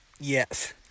yes